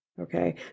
okay